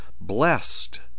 blessed